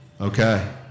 Okay